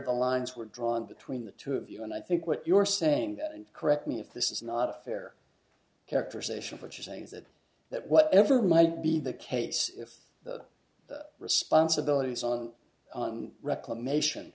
the lines were drawn between the two of you and i think what you're saying that and correct me if this is not a fair characterization of what you're saying is that that whatever might be the case if the responsibilities on reclamation